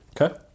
Okay